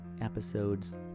episodes